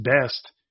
best